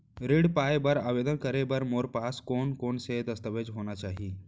ऋण पाय बर आवेदन करे बर मोर पास कोन कोन से दस्तावेज होना चाही?